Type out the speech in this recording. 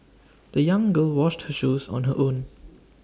the young girl washed her shoes on her own